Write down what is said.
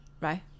right